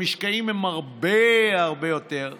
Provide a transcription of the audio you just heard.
המשקעים הם הרבה הרבה יותר כבדים.